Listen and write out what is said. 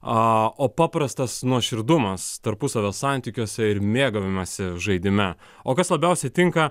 o paprastas nuoširdumas tarpusavio santykiuose ir mėgavimąsi žaidime o kas labiausiai tinka